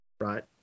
right